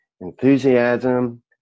enthusiasm